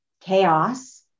chaos